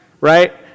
right